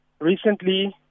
Recently